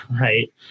right